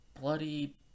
bloody